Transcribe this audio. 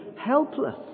helpless